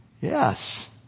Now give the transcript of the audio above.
Yes